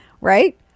Right